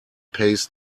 pays